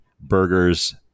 burgers